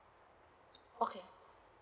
okay